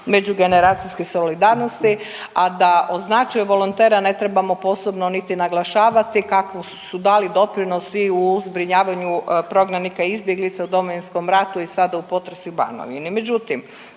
međugeneracijske solidarnosti, a da o značaju volontera ne trebamo posebno niti naglašavati, kako su dali doprinos i u zbrinjavanju prognanika, izbjeglica u Domovinskom ratu i sada u potresu u Banovini.